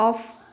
off